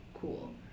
Cool